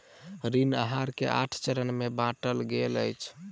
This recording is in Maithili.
ऋण आहार के आठ चरण में बाटल गेल अछि